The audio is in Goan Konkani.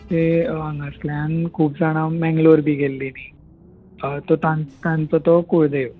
ते हांगासल्यान खूब जाणां मँंगलोर बी गेल्ली न्ही तो तां तांचो तो कुळदेव